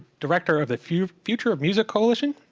director of the future of future of music coalition.